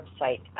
website